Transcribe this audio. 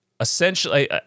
Essentially